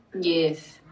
Yes